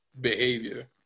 behavior